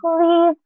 please